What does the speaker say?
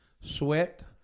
sweat